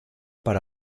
para